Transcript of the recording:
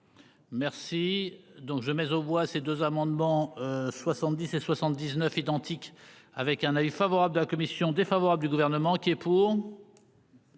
Merci donc je mets aux voix ces deux amendements. 70 et 79 identique, avec un avis favorable de la commission défavorable du gouvernement qui est. Pour.